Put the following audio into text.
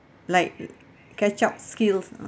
like catch up skills